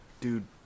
Dude